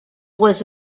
was